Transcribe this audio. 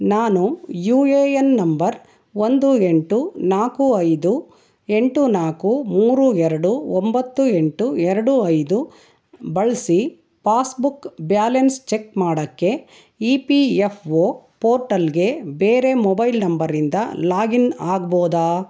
ನಾನು U A N number ಒಂದು ಎಂಟು ನಾಲ್ಕು ಐದು ಎಂಟು ನಾಲ್ಕು ಮೂರು ಎರಡು ಒಂಬತ್ತು ಎಂಟು ಎರಡು ಐದು ಬಳಸಿ ಪಾಸ್ಬುಕ್ ಬ್ಯಾಲೆನ್ಸ್ ಚೆಕ್ ಮಾಡೋಕ್ಕೆ ಇ ಪಿ ಎಫ್ ಓ ಪೋರ್ಟಲ್ಗೆ ಬೇರೆ ಮೊಬೈಲ್ ನಂಬರಿಂದ ಲಾಗಿನ್ ಆಗ್ಬೋದಾ